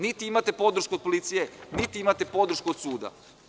Niti imate podršku od policije, niti imate podršku od suda.